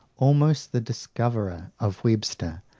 almost the discoverer, of webster,